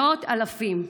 מאות ואלפים.